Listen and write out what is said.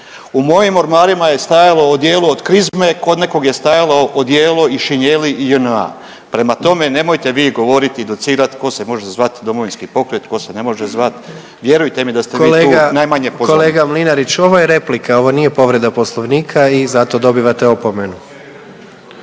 U mojim ormarima je stajalo odijelo od krizme, kod nekog je stajalo odijelo i šinjeli JNA. Prema tome, nemojte vi govoriti i docirat ko se može zvat Domovinski pokret, ko se ne može zvat, vjerujte mi da ste vi tu najmanje pozvani. **Jandroković, Gordan (HDZ)** Kolega, kolega Mlinarić, ovo je replika, ovo nije povreda poslovnika i zato dobivate opomenu.